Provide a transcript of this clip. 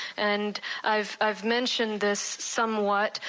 and i've i've mentioned this somewhat.